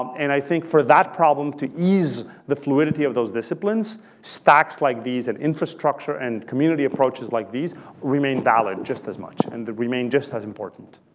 and i think for that problem to ease the fluidity of those disciplines, stacks like these and infrastructure and community approaches like these remain valid just as much and remain just as important.